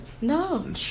No